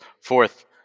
fourth